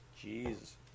Jesus